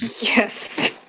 Yes